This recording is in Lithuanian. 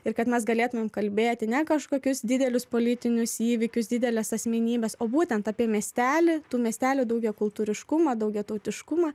ir kad mes galėtumėm kalbėti ne kažkokius didelius politinius įvykius dideles asmenybes o būtent apie miestelį tų miestelių daugiakultūriškumą daugiatautiškumą